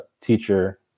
teacher